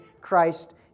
Christ